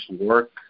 work